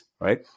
right